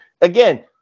Again